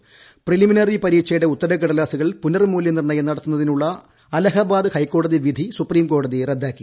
സ്റ്റേറ്റ preliminary പരീക്ഷയുടെ ഉത്തരക്കടലാസുകൾ പുനർമൂല്യനിർണ്ണയം നടത്തുന്നതിനുള്ള അലഹബാദ് ഹൈക്കോടതി വിധി സുപ്രീംകോടതി റദ്ദാക്കി